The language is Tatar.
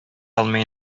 алмый